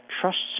trusts